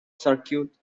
circuit